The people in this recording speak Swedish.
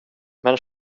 men